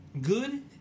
Good